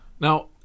Now